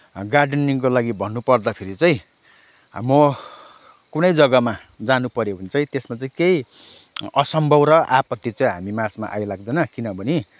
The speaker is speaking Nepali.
गार्डेनिङको लागि भन्नुपर्दाखेरि चाहिँ म कुनै जग्गामा जानपऱ्यो भने चाहिँ त्यसमा चाहिँ केही असम्भव र आपत्ति चाहिँ हामीमाझमा आइलाग्दैन किनभने